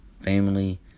family